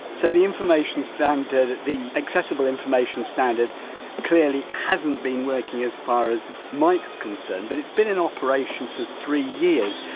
so the information standard, the accessible information standard clearly hasn't been working as far as mike's concerned but it's been in operation for three years,